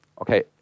Okay